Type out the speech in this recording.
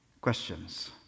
questions